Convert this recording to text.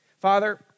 Father